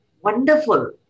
wonderful